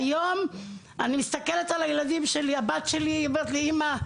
היום אני מסתכלת על הילדים שלי והבת שלי אומרת לי "..אמא,